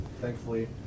thankfully